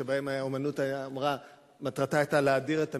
שבהם מטרתה של האמנות היתה להאדיר את המשטר.